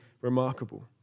remarkable